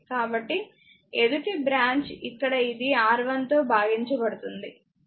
కాబట్టి ఎదుటి బ్రాంచ్ ఇక్కడ ఇది R1 తో భాగించబడుతుంది